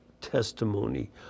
testimony